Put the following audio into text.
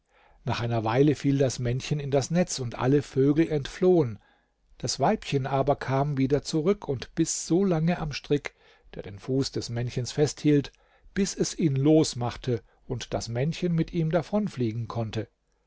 nach einer weile fiel das männchen in das netz und alle vögel entflohen das weibchen aber kam wieder zurück und biß solange am strick der den fuß des männchens festhielt bis es ihn losmachte und das männchen mit ihm davonfliegen konnte